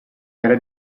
era